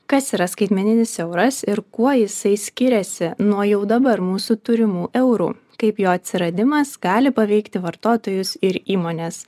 kas yra skaitmeninis euras ir kuo jisai skiriasi nuo jau dabar mūsų turimų eurų kaip jo atsiradimas gali paveikti vartotojus ir įmones